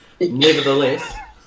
nevertheless